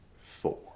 four